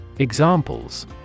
Examples